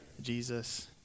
Jesus